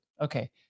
Okay